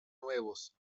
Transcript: nuevos